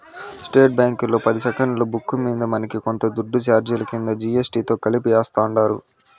state బ్యాంకీలో పది సెక్కులున్న బుక్కు మింద మనకి కొంత దుడ్డుని సార్జిలు కింద జీ.ఎస్.టి తో కలిపి యాస్తుండారు